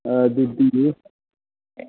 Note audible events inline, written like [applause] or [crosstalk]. [unintelligible]